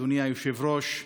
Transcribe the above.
אדוני היושב-ראש,